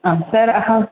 आं सर् अहं